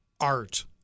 art